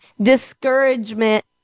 discouragement